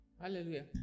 hallelujah